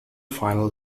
final